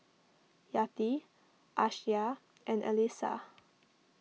Yati Aisyah and Alyssa